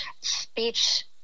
speech